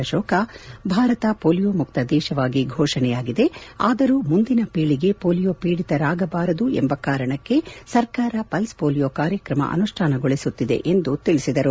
Ashoka Bharata polio ಮುಕ್ತ ದೇಶವಾಗಿ ಘೋಷಣೆಯಾಗಿದೆ ಆದರೂ ಮುಂದಿನ ಪೀಳಿಗೆ ಪೋಲಿಯೊ ಪೀಡಿತರಾಗಬಾರದು ಎಂಬ ಕಾರಣಕ್ಕೆ ಸರ್ಕಾರ ಪಲ್ಲ್ ಪೋಲಿಯೋ ಕಾರ್ಯಕ್ರಮ ಅನುಷ್ಣಾನಗೊಳಿಸುತ್ತಿದೆ ಎಂದು ತಿಳಿಸಿದರು